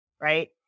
right